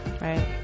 Right